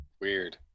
Weird